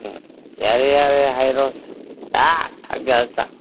ꯎꯝ ꯌꯥꯔꯦ ꯌꯥꯔꯦ ꯍꯩꯔꯛꯑꯣ ꯗꯥꯛ ꯊꯛꯆꯤꯜꯂ